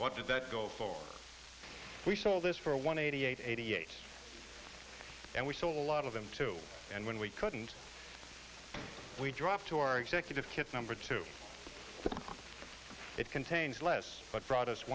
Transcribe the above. what did that go for we saw this for a one eighty eight eighty eight and we saw a lot of them too and when we couldn't we drop to our executive hits number two it contains less but brought us